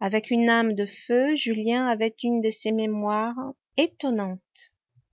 avec une âme de feu julien avait une de ces mémoires étonnantes